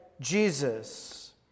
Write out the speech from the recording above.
Jesus